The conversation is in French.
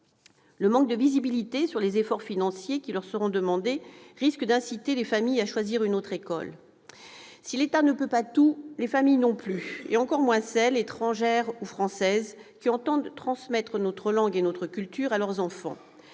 Le manque de visibilité sur les efforts financiers qui leur seront demandés risque d'inciter les familles à choisir une autre école. Si l'État ne peut pas tout, les familles non plus, et encore moins celles, françaises ou étrangères, qui entendent transmettre notre langue et notre culture à leurs enfants.